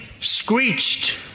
screeched